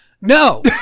No